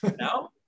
no